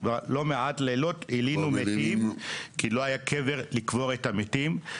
לא מעט לילות הלינו מתים כי לא היה קבר לקבור את המתים.